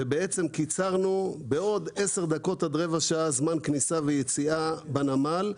ובעצם קיצרנו בעוד 10 דקות עד רבע שעה זמן כניסה ויציאה בנמל,